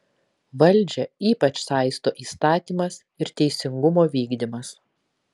valdžią ypač saisto įstatymas ir teisingumo vykdymas